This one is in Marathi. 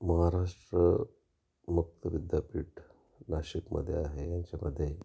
महाराष्ट्र मुक्त विद्यापीठ नाशिकमध्ये आहे यांच्यामध्ये